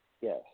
yes